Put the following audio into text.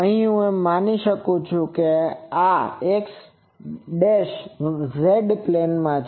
અને હું એમ કહી શકું છું કે આ X Z પ્લેનમાં છે